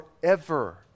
forever